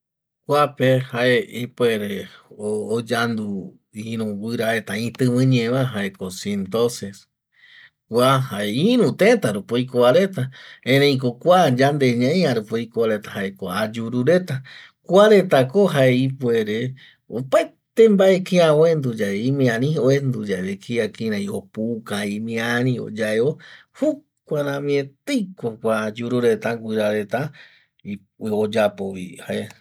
Kuape jae ipuere oyandu iru guira reta itibiñe va jaeko sintose kua ko jae iru teta rupi oiko va reta erei ko kua yande ñaia rupi oikova reta jae ayuru reta kuareta ko jae ipuere opaete mbae kia uendo ye imiari uendo ye kia kirai opuka imiari oyaeo jokua rami etei kua ayuru reta guira reta oyapo vi jae